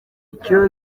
icyo